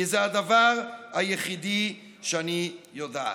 כי זה הדבר היחידי שאני יודעת".